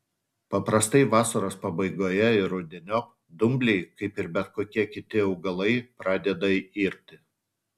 paprastai vasaros pabaigoje ir rudeniop dumbliai kaip ir bet kokie kiti augalai pradeda irti